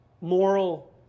moral